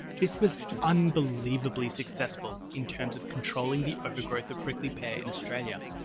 this was unbelievably successful in terms of controlling the overgrowth of prickly pear in australia.